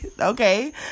okay